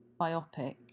biopic